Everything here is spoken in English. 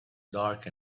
dark